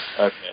Okay